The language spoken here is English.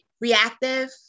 reactive